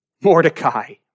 Mordecai